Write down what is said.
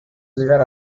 llegar